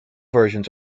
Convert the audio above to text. versions